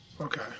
Okay